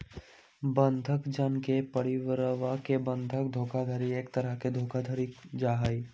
बंधक जन के परिवरवा से बंधक धोखाधडी एक तरह के धोखाधडी के जाहई